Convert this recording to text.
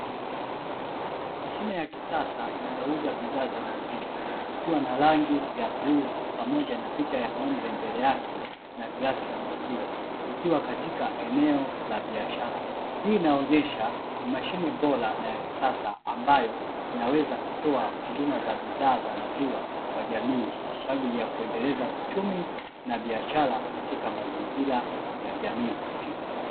Mashine ya kisasa inayouza bidhaa za maziwa ikiwa na rangi ya bluu pamoja na picha ya ngombe mbele yake na glasi ya maziwa ikiwa katika eneo la biashara. hii inaonyesha ni mashine bora na ya kisasa ambayo inaweza kutoa huduma za bidhaa za maziwa kwa jamii kwaajili ya kuendeleza uchumi na biashara katika mazingira ya jamii husika .